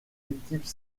équipes